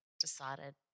decided